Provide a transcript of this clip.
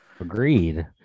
agreed